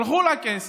הלכו לקייס,